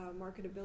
marketability